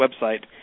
website